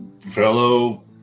fellow